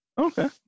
Okay